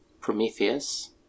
Prometheus